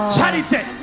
Charity